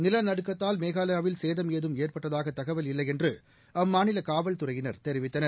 நிலநடுக்கத்தால் மேகாலயாவில் சேதம் ஏதும் ஏற்பட்டதாக தகவல் இல்லை என்று அம்மாநில காவல்துறையினர் தெரிவித்தனர்